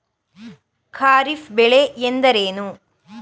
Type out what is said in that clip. ಖಾರಿಫ್ ಬೆಳೆ ಎಂದರೇನು?